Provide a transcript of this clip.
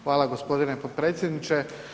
Hvala gospodine potpredsjedniče.